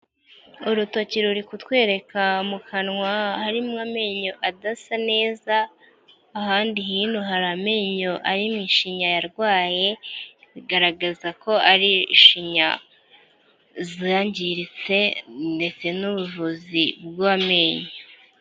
Urutoki ruri kutwereka mu kanwa harimo amenyo adasa neza, ahandi hino har’amenyo ari mw’ishinya yarwaye, bigaragaza ko ar’ishinya zangiritse ndetse n'ubuvuzi bw'amenyo.